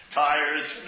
tires